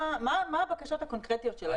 מה הבקשות הקונקרטיות שלהם?